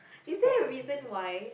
is there a reason why